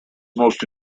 most